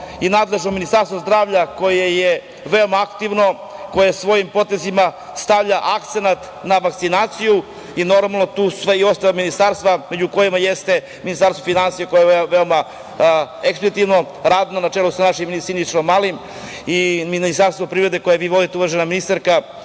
i nadležno Ministarstvo zdravlja koje je veoma aktivno, koje svojim potezima stavlja akcenat na vakcinaciju i tu su i sva ostala ministarstva, među kojima jeste Ministarstvo finansija koje je veoma ekspeditivno, radno, na čelu sa našim Sinišom Malim i Ministarstvo privrede koje vi vodite uvažena ministarka,